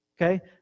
okay